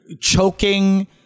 choking